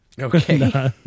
Okay